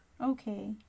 Okay